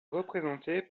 représentée